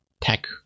tech